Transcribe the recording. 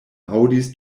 aŭdis